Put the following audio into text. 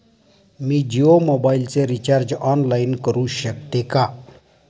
मी जियो मोबाइलचे recharge online करू शकते का?